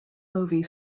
movie